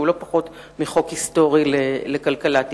שהוא לא פחות מציון דרך היסטורי בכלכלת ישראל.